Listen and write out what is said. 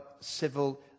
civil